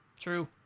true